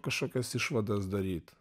kažkokias išvadas daryt